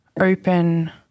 open